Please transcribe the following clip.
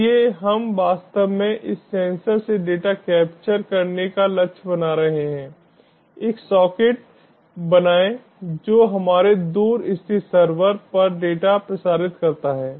इसलिए हम वास्तव में इस सेंसर से डेटा कैप्चर करने का लक्ष्य बना रहे हैं एक सॉकेट बनाएं जो हमारे दूर स्थित सर्वर पर डेटा प्रसारित करता है